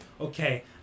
okay